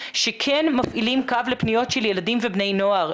שכן מפעילים קו לפניות של ילדים ובני נוער,